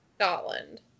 Scotland